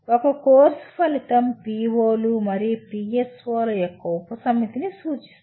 ఒక కోర్సు ఫలితం PO లు మరియు PSO ల యొక్క ఉపసమితిని సూచిస్తుంది